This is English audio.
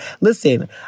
listen